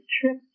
trip